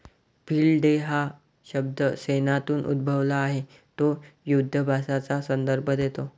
field day हा शब्द सैन्यातून उद्भवला आहे तो युधाभ्यासाचा संदर्भ देतो